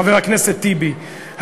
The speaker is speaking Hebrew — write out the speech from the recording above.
חבר הכנסת טיבי,